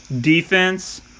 defense